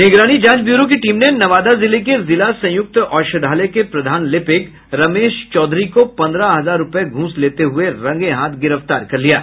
निगरानी जांच ब्यूरो की टीम ने नवादा जिले के जिला संयुक्त औषधालय के प्रधान लिपिक रमेश चौधरी को पन्द्रह हजार रूपये धूस लेते हुये रंगे हाथ गिरफ्तार किया है